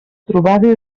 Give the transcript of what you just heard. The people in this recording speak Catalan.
trobada